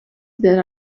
that